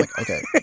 Okay